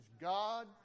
God